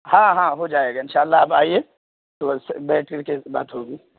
ہاں ہاں ہو جائے گا ان شاء اللہ آپ آئیے بیٹھ کر کے بات ہوگی